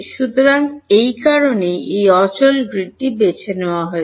সুতরাং এই কারণেই এই অচল গ্রিডটি বেছে নেওয়া হয়েছে